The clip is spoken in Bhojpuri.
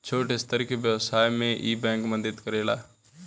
छोट स्तर के व्यवसाय में इ बैंक मदद करेला